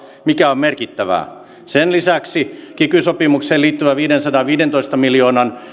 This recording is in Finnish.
mikä on merkittävää sen lisäksi on kiky sopimukseen liittyvä viidensadanviidentoista miljoonan